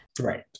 right